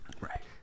Right